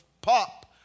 pop